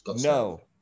No